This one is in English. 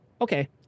Okay